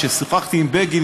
כששוחחתי עם בגין,